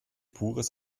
pures